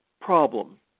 problem